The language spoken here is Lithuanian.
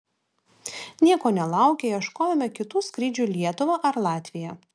nieko nelaukę ieškojome kitų skrydžių į lietuvą ar latviją